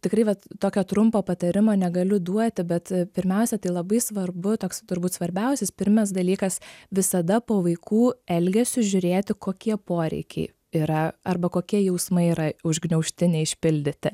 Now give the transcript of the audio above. tikrai vat tokio trumpo patarimo negaliu duoti bet pirmiausia tai labai svarbu toks turbūt svarbiausias pirmes dalykas visada po vaikų elgesiu žiūrėti kokie poreikiai yra arba kokie jausmai yra užgniaužti neišpildyti